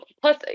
plus